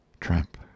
tramp